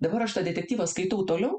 dabar aš tą detektyvą skaitau toliau